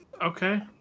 Okay